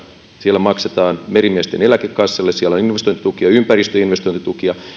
siellä maksetaan merimiesten eläkekassalle siellä on investointitukia ja ympäristöinvestointitukia